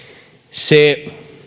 se